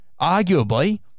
arguably